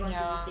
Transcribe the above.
ya